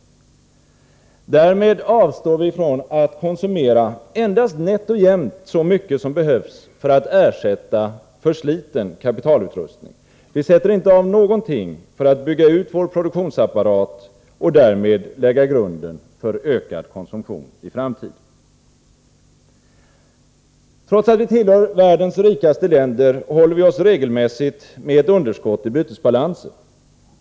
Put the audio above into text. Därmed avstår vi från att konsumera endast nätt och jämnt så mycket som behövs för att ersätta försliten kapitalutrustning. Vi sätter inte av någonting för att bygga ut vår produktionsapparat och därmed lägga grunden för ökad konsumtion i framtiden. Trots att vi tillhör världens rikaste länder håller vi oss regelmässigt med ett underskott i bytesbalansen.